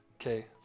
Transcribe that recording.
Okay